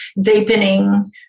deepening